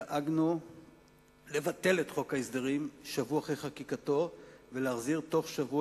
דאגנו לבטל את חוק ההסדרים שבוע אחרי חקיקתו ובתוך שבוע